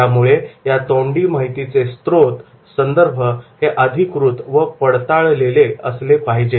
त्यामुळे या तोंडी माहितीचे स्त्रोत संदर्भ हे अधिकृत व पडताळले असले पाहिजेत